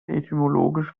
etymologisch